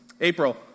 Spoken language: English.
April